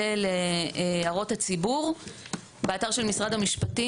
מורה להם בלי סמכות לסגור חומר בארכיונים מסוימים,